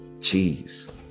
cheese